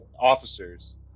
officers